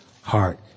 heart